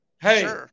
Hey